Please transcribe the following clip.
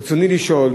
רצוני לשאול,